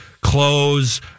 clothes